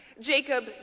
Jacob